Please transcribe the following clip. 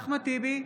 אחמד טיבי,